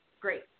great